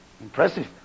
Impressive